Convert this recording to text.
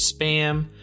spam